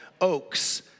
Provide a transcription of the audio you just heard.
oaks